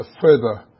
further